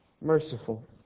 merciful